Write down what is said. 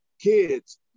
kids